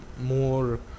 more